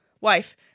Wife